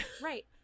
Right